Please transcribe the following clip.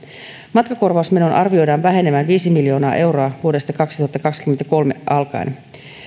matkakorvausmenon arvioidaan vähenevän viisi miljoonaa euroa vuodesta kaksituhattakaksikymmentäkolme alkaen